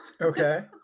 Okay